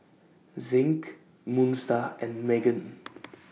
Zinc Moon STAR and Megan